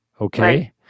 Okay